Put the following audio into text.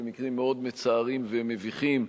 במקרים מאוד מצערים ומביכים,